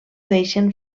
deixen